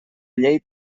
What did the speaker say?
llei